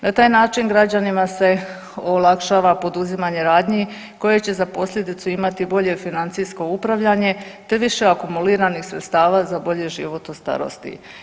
Na taj način građanima se olakšava poduzimanje radnji koje će za posljedicu imati bolje financijsko upravljanje te više akumuliranih sredstava za bolji život u starosti.